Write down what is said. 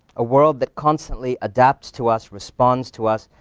a world that constantly adapts to us, responds to us,